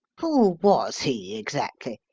who was he exactly,